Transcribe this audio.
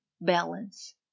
balance